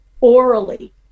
orally